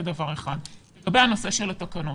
לגבי הנושא של התקנות.